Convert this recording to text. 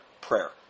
prayer